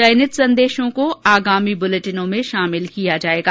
चयनित संदेशों को आगामी बुलेटिनों में शामिल किया जाएगा